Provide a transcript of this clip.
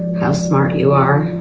how smart you are